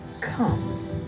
come